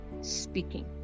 speaking